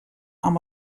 amb